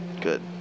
Good